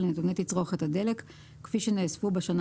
על נתוני תצרוכת הדלק כפי שנאספו בשנה